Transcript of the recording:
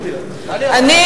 אי-אפשר בלעדיו.